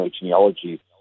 genealogy